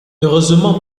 heureusement